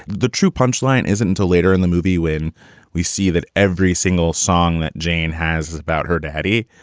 the true punchline isn't to later in the movie when we see that every single song that jane has is about her daddy.